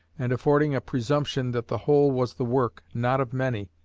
and affording a presumption that the whole was the work, not of many,